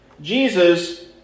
Jesus